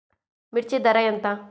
మిర్చి ధర ఎంత?